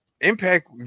Impact